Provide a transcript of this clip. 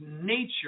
nature